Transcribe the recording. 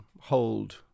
hold